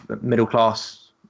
middle-class